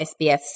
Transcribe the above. SBS